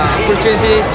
opportunity